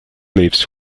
lives